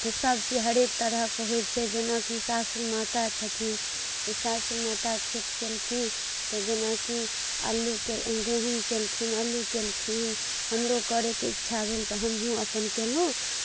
सभ चीज हरेक तरहके होइ छै जेनाकि सासू माता छथिन सासू माता खेत कयलखिन तऽ जेना कि अल्लूके गहुँम कयलखिन अल्लू कयलखिन हमरो करैके इच्छा भेल तऽ हमहूँ अपन कयलहुँ